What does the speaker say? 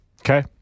Okay